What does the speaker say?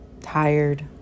tired